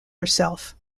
herself